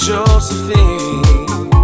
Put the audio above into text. Josephine